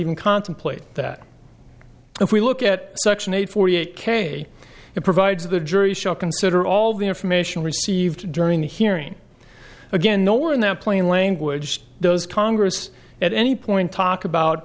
even contemplate that if we look at section eight forty eight k it provides the jury shall consider all the information received during the hearing again nor in that plain language those congress at any point talk about